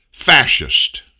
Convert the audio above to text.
fascist